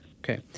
Okay